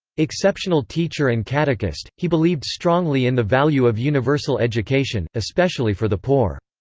exceptional teacher and catechist, he believed strongly in the value of universal education, especially for the poor.